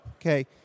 okay